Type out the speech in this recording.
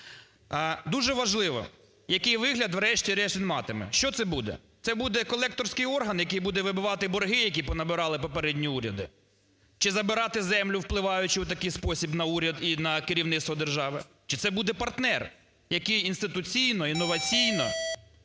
Дуже важливо, який вигляд врешті-решт він матиме. Що це буде? Це буде колекторський орган, який буде вибивати борги, які понабирали попередні уряди чи забирати землю, впливаючи в такий спосіб на уряд і на керівництво держави, чи це буде партнер, який інституційно, інноваційно,